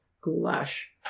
goulash